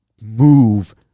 move